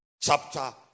chapter